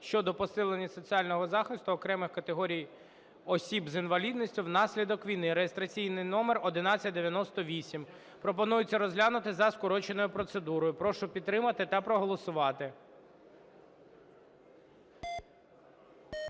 щодо посилення соціального захисту окремих категорій осіб з інвалідністю внаслідок війни (реєстраційний номер 1198). Пропонується розглянути за скороченою процедурою. Прошу підтримати та проголосувати.